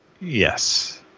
Yes